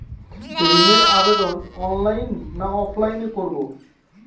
ঋণের আবেদন অনলাইন না অফলাইনে করব?